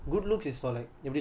okay புரிது:purithu